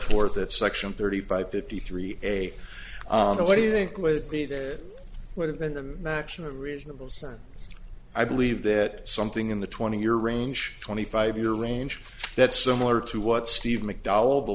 that section thirty five fifty three a what do you think with me that would have been the maximum reasonable sense i believe that something in the twenty year range twenty five year range that's similar to what steve mcdonald the